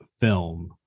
film